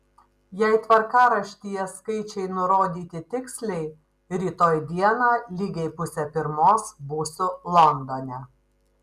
jei tvarkaraštyje skaičiai nurodyti tiksliai rytoj dieną lygiai pusę pirmos būsiu londone